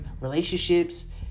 relationships